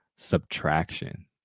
subtraction